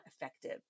effective